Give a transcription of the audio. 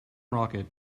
rocket